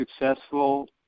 successful